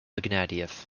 ignatieff